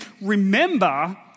remember